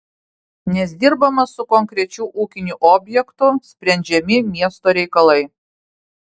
nes dirbama su konkrečiu ūkiniu objektu sprendžiami miesto reikalai